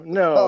no